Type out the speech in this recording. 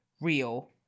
real